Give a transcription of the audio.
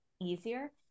easier